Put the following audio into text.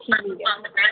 ਠੀਕ ਹੈ